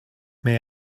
may